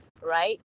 right